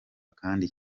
kandi